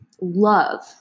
love